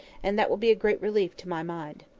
and that will be a great relief to my mind.